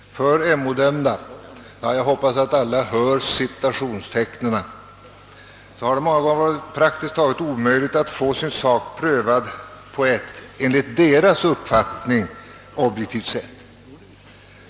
För »MO-dömda» — jag hoppas alla hör citationstecknen — har det många gånger varit praktiskt taget omöjligt att få sin sak prövad på ett enligt deras uppfattning objektivt sätt.